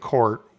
Court